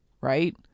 right